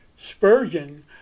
Spurgeon